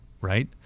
right